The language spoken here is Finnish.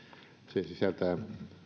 se sisältää